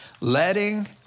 letting